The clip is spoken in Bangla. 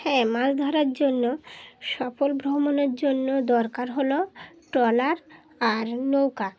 হ্যাঁ মাছ ধরার জন্য সফল ভ্রমণের জন্য দরকার হলো ট্রলার আর নৌকা